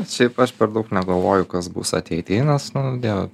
šiaip aš per daug negalvoju kas bus ateity nes nu jo